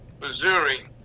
Missouri